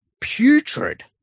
putrid